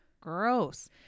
gross